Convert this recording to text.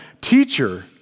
teacher